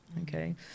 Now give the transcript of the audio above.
okay